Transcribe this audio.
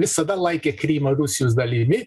visada laikė krymą rusijos dalimi